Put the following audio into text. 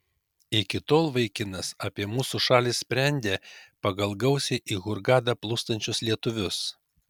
iki tol vaikinas apie mūsų šalį sprendė pagal gausiai į hurgadą plūstančius lietuvius